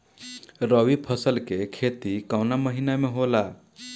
रवि फसल के खेती कवना महीना में होला?